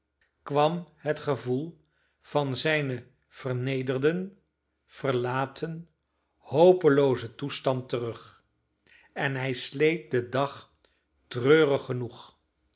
kwam het gevoel van zijnen vernederden verlaten hopeloozen toestand terug en hij sleet den dag treurig genoeg